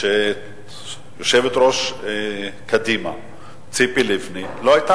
שיושבת-ראש קדימה ציפי לבני לא היתה